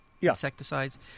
insecticides